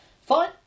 Fine